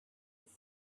his